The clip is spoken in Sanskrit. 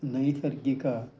नैसर्गिकम्